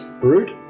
Brute